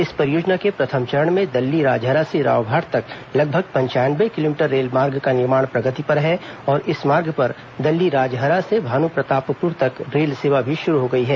इस परियोजना के प्रथम चरण में दल्लीराजहरा से रावघाट तक लगभग पंचानये किलोमीटर ेरलमार्ग का निर्माण प्रगति पर है और इस मार्ग पर दल्लीराजहरा से भानुप्रतापपुर तक रेल सेवा भी शुरू हो गई है